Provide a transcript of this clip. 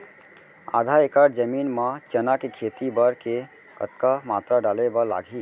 आधा एकड़ जमीन मा चना के खेती बर के कतका मात्रा डाले बर लागही?